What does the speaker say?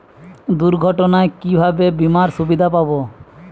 দুর্ঘটনায় কিভাবে বিমার সুবিধা পাব?